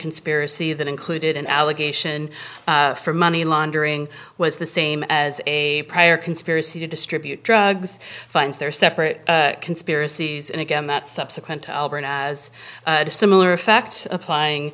conspiracy that included an allegation for money laundering was the same as a prior conspiracy to distribute drugs finds there are separate conspiracies and again that subsequent albert as a similar effect applying